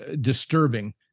disturbing